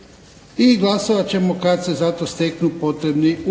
i glasovat ćemo kada se za to steknu potrebni uvjeti.